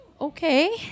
okay